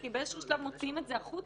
כי באיזשהו שלב מוציאים את זה החוצה,